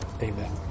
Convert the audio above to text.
amen